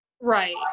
Right